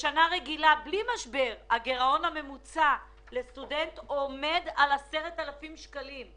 בשנה רגילה בלי משבר הגירעון הממוצע לסטודנט עומד על 10,000 שקלים.